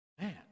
Man